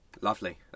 Lovely